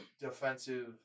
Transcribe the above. defensive